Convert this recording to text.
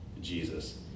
Jesus